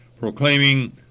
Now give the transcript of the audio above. proclaiming